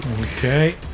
Okay